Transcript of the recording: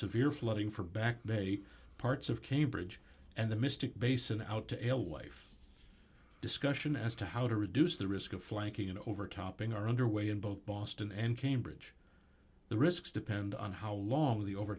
severe flooding for back bay parts of cambridge and the mystic basin out to l life discussion as to how to reduce the risk of flanking an overtopping are underway in both boston and cambridge the risks depend on how long the over